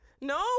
no